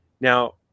Now